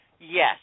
Yes